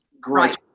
great